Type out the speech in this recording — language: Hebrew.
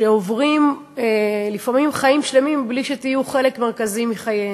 שעוברים לפעמים חיים שלמים בלי שתהיו חלק מרכזי מחייהם,